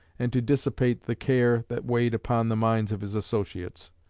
and to dissipate the care that weighed upon the minds of his associates.